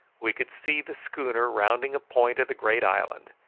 we could see the schooner rounding a point of the great island,